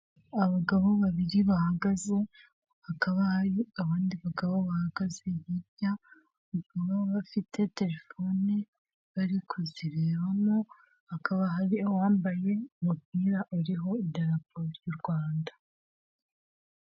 Abagabo babiri bahagaze, hakaba hari abandi bagabo bahagaze hirya, inyuma bafite terefone bari kuzirebamo, hakaba hari uwambaye umupira uriho idarapo y'Urwanda.